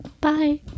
Bye